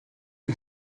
yng